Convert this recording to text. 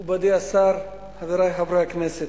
מכובדי השר, חברי חברי הכנסת,